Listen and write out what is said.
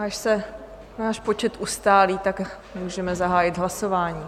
Až se náš počet ustálí, můžeme zahájit hlasování.